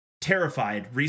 Terrified